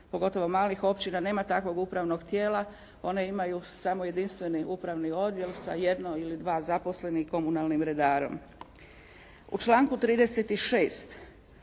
pogotovo malih općina nema takvog upravnog tijela. One imaju samo jedinstveni upravni odjel sa jedno ili dva zaposlenim komunalnim redarom. U članku 36.